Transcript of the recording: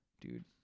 dude